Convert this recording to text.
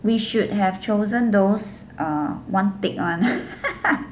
we should have chosen those uh one tick [one]